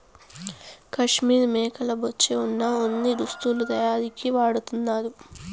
కాశ్మీర్ మేకల బొచ్చే వున ఉన్ని దుస్తులు తయారీకి వాడతన్నారు